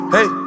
Hey